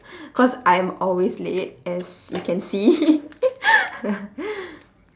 cause I'm always late as you can see